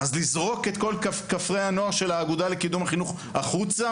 אז לזרוק את כל כפרי הנוער של האגודה לקידום החינוך החוצה?